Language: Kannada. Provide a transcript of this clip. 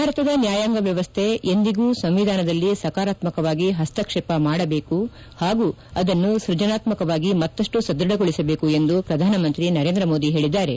ಭಾರತದ ನ್ಯಾಯಾಂಗ ವ್ಯವಸ್ವೆ ಎಂದಿಗೂ ಸಂವಿಧಾನದಲ್ಲಿ ಸಕಾರಾತ್ಮಕವಾಗಿ ಪಸ್ತಕ್ಷೇಪ ಮಾಡಬೇಕು ಪಾಗೂ ಆದನ್ನು ಸ್ಯಜನಾತ್ಮಕವಾಗಿ ಮತ್ತಪ್ಪು ಸದ್ಭಭಗೊಳಿಸಬೇಕು ಎಂದು ಪ್ರಧಾನಮಂತ್ರಿ ನರೇಂದ್ರಮೋದಿ ಹೇಳದ್ದಾರೆ